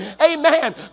Amen